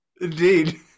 Indeed